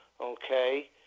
Okay